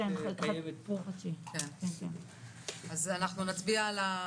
אני חושב שהדבר הזה שאנחנו דנים עליו